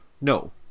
No